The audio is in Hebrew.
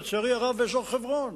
לצערי הרב באזור חברון.